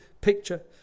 picture